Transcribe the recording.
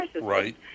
Right